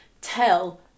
tell